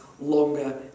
longer